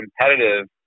competitive